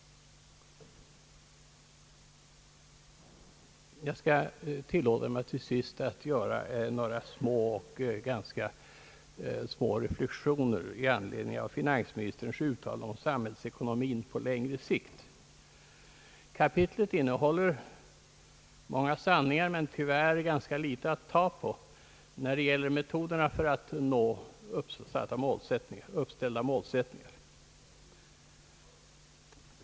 Jag skall till sist tillåta mig att göra några små reflextioner i anledning av finansministerns uttalanden om samhällsekonomin på längre sikt. Detta kapitel innehåller många sanningar men tyvärr ganska litet att ta på när det gäller metoderna för att nå den uppställda målsättningen.